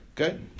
Okay